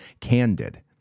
candid